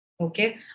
Okay